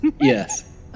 Yes